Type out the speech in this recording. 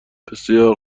بسیار